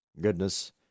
goodness